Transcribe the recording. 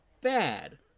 bad